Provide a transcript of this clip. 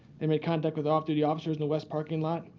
they made contact with off-duty officers in the west parking lot.